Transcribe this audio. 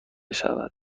شود